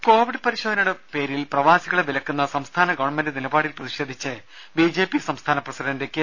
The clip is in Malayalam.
രമേ കോവിഡ് പരിശോധനയുടെ പേരിൽ പ്രവാസികളെ വിലക്കുന്ന സംസ്ഥാന ഗവൺമെന്റ് നിലപാടിൽ പ്രതിഷേധിച്ച് ബിജെപി സംസ്ഥാന പ്രസിഡന്റ് കെ